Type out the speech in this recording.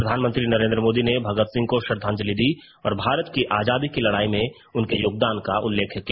प्रधानमंत्री नरेन्द्र मोदी ने भगत सिंह को श्रद्धांजलि दी और भारत की आजादी की लड़ाई में उनके योगदान का उल्लेख किया